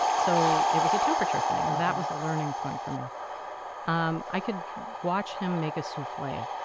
so, it was a temperature thing, and that was a learning point for me um i could watch him make a souffle